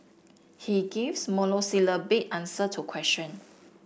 he gives monosyllabic answer to question